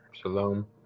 Shalom